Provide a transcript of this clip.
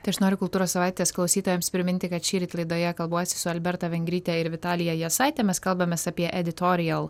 tai aš noriu kultūros savaitės klausytojams priminti kad šįryt laidoje kalbuosi su alberta vengryte ir vitalija jasaite mes kalbamės apie editorial